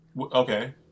Okay